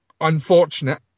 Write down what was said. Unfortunate